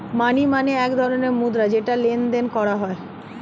মানি মানে এক ধরণের মুদ্রা যেটা লেনদেন করা হয়